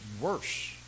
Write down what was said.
worse